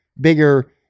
bigger